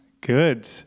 Good